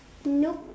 nope